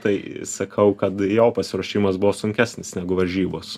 tai sakau kad jo pasiruošimas buvo sunkesnis negu varžybos